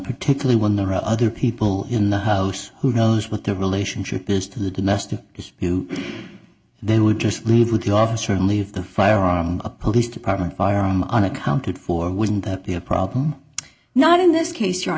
particularly when there are other people in the house who knows what their relationship is to the domestic dispute they would just leave with the officer and leave the firearm a police department firearm unaccounted for wouldn't that be a problem not in this case